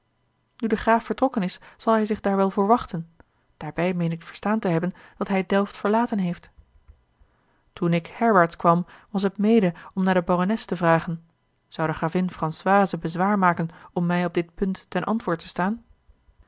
de graaf vertrokken is zal hij zich daar wel voor wachten daarbij meen ik verstaan te hebben dat hij delft verlaten heeft toen ik herwaarts kwam was het mede om naar de barones te vragen zou de gravin françoise bezwaar maken om mij op dit punt ten antwoord te staan